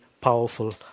powerful